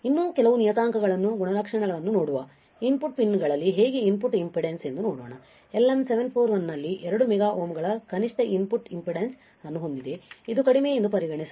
ಇನ್ನೂ ಕೆಲವು ನಿಯತಾಂಕಗಳನ್ನು ಗುಣಲಕ್ಷಣಗಳನ್ನು ನೋಡುವ ಇನ್ ಪುಟ್ ಪಿನ್ ಗಳಲ್ಲಿ ಹೇಗೆ ಇನ್ ಪುಟ್ ಇಂಪೆಡಾನ್ಸ್ ಎಂದು ನೋಡೋಣ LM741 ನಲ್ಲಿ 2 ಮೆಗಾ ಓಮ್ ಗಳ ಕನಿಷ್ಠ ಇನ್ ಪುಟ್ ಇಂಪೆಡಾನ್ಸ್ ಅನ್ನು ಹೊಂದಿದೆ ಇದು ಕಡಿಮೆ ಎಂದು ಪರಿಗಣಿಸಲಾಗಿದೆ